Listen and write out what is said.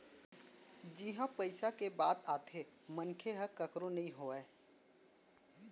जिहाँ पइसा के बात आथे मनसे ह कखरो नइ होवय